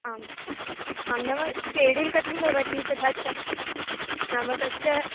आम् आं नाम शेडूल् कथं भवति तथा च नाम तस्य